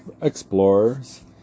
explorers